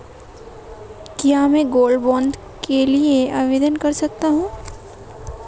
क्या मैं gold bond के लिए आवेदन कर सकता हूं?